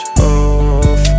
Off